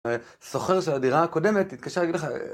סוחר של הדירה הקודמת התקשה להגיד לך...